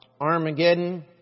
Armageddon